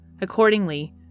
Accordingly